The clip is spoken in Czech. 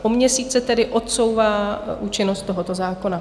O měsíc se tedy odsouvá účinnost tohoto zákona.